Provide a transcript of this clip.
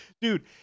Dude